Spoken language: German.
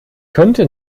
könnte